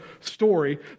story